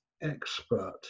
expert